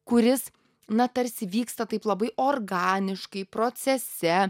kuris na tarsi vyksta taip labai organiškai procese